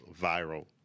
viral